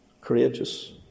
courageous